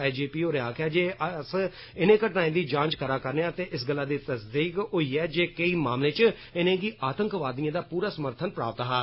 आई G P होरें आक्खेआ जे अस्स इनें घटनाएं दी जांच करा करनेआं ते इस गल्ला दी तस्दीक होई ऐ जे केई मामले च इनेंगी आतंकवादिएं दा पूरा समर्थन प्राप्त हा